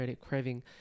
craving